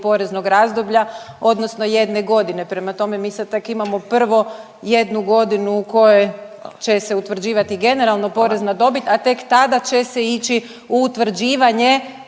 poreznog razdoblja, odnosno jedne godine, prema time, mi sad tek imamo prvo jednu godinu u kojoj će se utvrđivati generalno porez… .../Upadica: Hvala./... na dobit, a tek tada će se ići u utvrđivanje